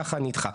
זה ככה נדחה.